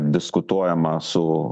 diskutuojama su